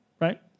right